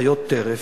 חיות טרף,